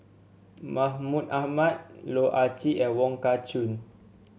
Mahmud Ahmad Loh Ah Chee and Wong Kah Chun